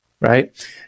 Right